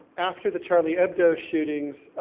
after the charlie hebdo shootings,